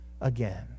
again